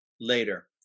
later